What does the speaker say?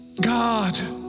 God